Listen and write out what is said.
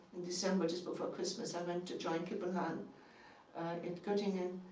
december, just before christmas. i went to join kippenhahn in gottingen.